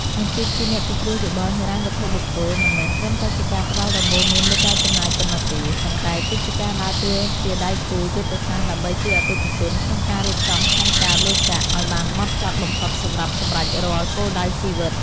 អាជីពជាអ្នកពិគ្រោះយោបល់ហិរញ្ញវត្ថុបុគ្គល មិនមែនត្រឹមតែជាការផ្ដល់ដំបូន្មានលើការចំណាយប៉ុណ្ណោះទេ ប៉ុន្តែគឺជាការដើរតួជាដៃគូយុទ្ធសាស្ត្រដើម្បីជួយអតិថិជនក្នុងការរៀបចំផែនការលុយកាក់ឱ្យបានហ្មត់ចត់បំផុតសម្រាប់សម្រេចរាល់គោលដៅជីវិត។